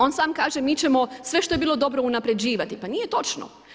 On sam kaže mi ćemo sve što je bilo dobro unapređivati, pa nije točno.